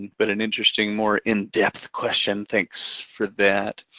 but an interesting, more in depth question, thanks for that.